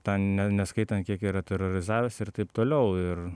tą ne neskaitant kiek yra terorizavęs ir taip toliau ir